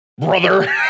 brother